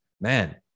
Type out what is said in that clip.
Man